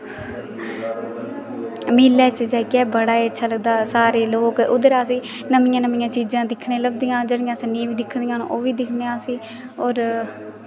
मेले च जाइयै बड़ा ही अच्छा लगदा सारे लोक उद्धर असेंगी नमियां नमिया चीजां दिक्खने गी लभदियां जेह्ड़ियां असें नेईं बी दिक्खी दियां हून ओह् बी दिक्खने आं असीं होर